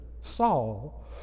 saul